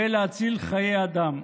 ולהציל חיי אדם.